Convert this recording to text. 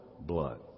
blood